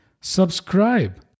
subscribe